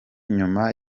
nyuma